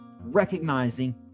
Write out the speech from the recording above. recognizing